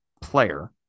player